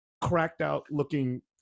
cracked-out-looking